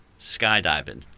skydiving